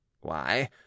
Why